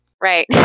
Right